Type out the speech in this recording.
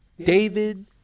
David